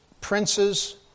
princes